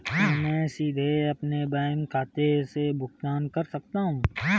क्या मैं सीधे अपने बैंक खाते से भुगतान कर सकता हूं?